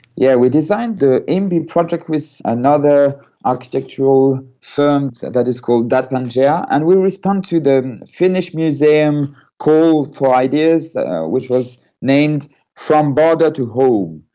yeah we designed the imby project with another architectural firm that is called dat pangea, and we responded to the finnish museum's call for ideas which was named from border to home.